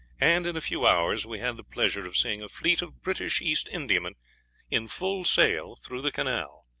and in a few hours we had the pleasure of seeing a fleet of british east indiamen in full sail through the canal.